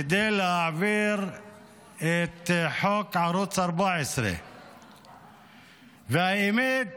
כדי להעביר את חוק ערוץ 14. והאמת,